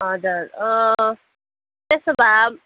हजर त्यसो भए